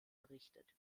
errichtet